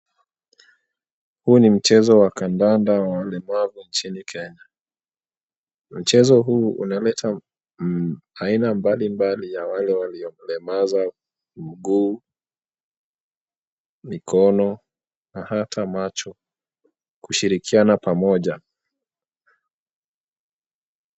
Huu ni mchezo wa kandanda wa walemavu nchini Kenya. Mchezo huu unaleta aina mbalimbali ya wale walio lemaza miguu, mikono na hata macho kushirikiana pamoja.